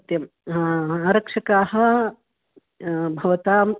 सत्यम् आरक्षकाः भवताम्